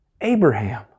Abraham